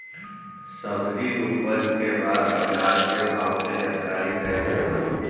सब्जी उपज के बाद बाजार के भाव के जानकारी कैसे होई?